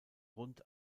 rund